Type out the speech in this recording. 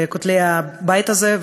בין כותלי הבית הזה,